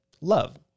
Love